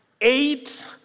Eight